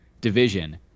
division